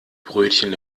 brötchen